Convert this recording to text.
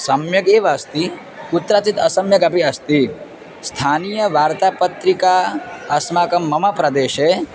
सम्यगेव अस्ति कुत्राचित् असम्यगपि अस्ति स्थानीयवार्तापत्रिका अस्माकं मम प्रदेशे